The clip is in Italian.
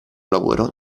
lavoro